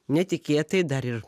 netikėtai dar ir